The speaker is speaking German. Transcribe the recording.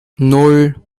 nan